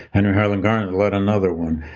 henry highland garnet led another one.